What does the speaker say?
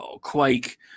quake